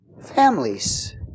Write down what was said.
families